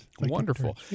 Wonderful